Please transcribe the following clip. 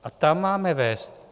A tam máme vést...